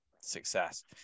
success